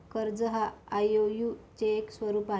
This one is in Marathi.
कर्ज हा आई.ओ.यु चे एक स्वरूप आहे